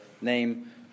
name